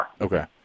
Okay